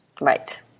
Right